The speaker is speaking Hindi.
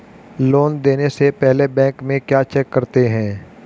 लोन देने से पहले बैंक में क्या चेक करते हैं?